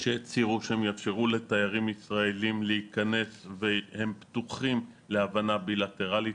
שהצהירו שהם יאפשרו לתיירים ישראלים להיכנס והם פתוחים להבנה בילטרלית,